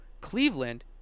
Cleveland